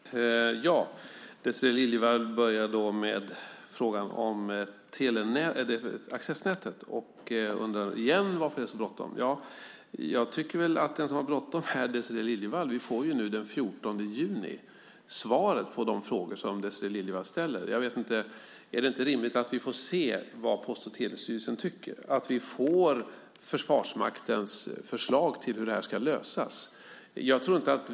Herr talman! Désirée Liljevall började med frågan om accessnätet. Hon undrar återigen varför det är så bråttom. Den som har bråttom är Désirée Liljevall. Den 14 juni får vi svaret på de frågor som Désirée Liljevall ställer. Är det inte rimligt att vi får se vad Post och telestyrelsen tycker och att vi får Försvarsmaktens förslag till hur detta ska lösas?